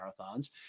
marathons